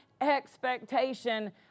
expectation